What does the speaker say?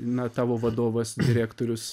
na tavo vadovas direktorius